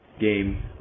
game